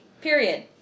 Period